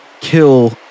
kill